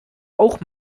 auch